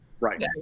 right